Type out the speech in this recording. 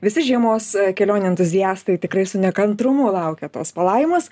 visi žiemos kelionių entuziastai tikrai su nekantrumu laukia tos palaimos